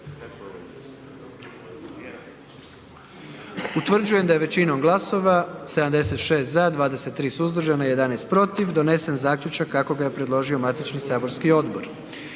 Utvrđujem da je većinom glasova 88 za, 10 glasova protiv donesen zaključak kako ga je predložio matični saborski odbor.